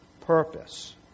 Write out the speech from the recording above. purpose